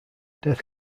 death